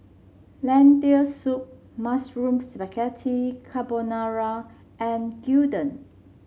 Lentil Soup Mushroom Spaghetti Carbonara and Gyudon